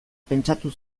pentsatu